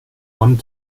one